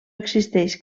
existeix